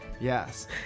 yes